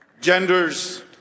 genders